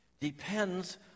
depends